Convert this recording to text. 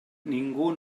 ningú